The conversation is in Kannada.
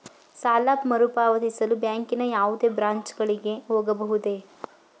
ಸಾಲ ಮರುಪಾವತಿಸಲು ಬ್ಯಾಂಕಿನ ಯಾವುದೇ ಬ್ರಾಂಚ್ ಗಳಿಗೆ ಹೋಗಬಹುದೇ?